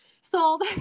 sold